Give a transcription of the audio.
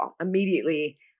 immediately